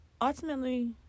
ultimately